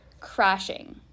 crashing